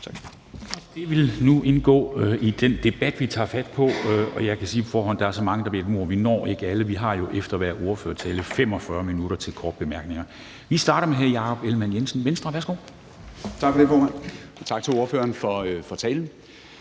Det vil nu indgå i den debat, vi tager fat på. Og jeg kan sige på forhånd, at der er så mange, der har bedt om ordet, at vi ikke når alle. Vi har jo efter hver ordførertale 45 minutter til korte bemærkninger. Vi starter med hr. Jakob Ellemann-Jensen, Venstre. Værsgo. Kl. 09:12 Jakob Ellemann-Jensen